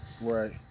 Right